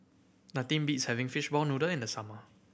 nothing beats having fishball noodle in the summer